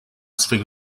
swych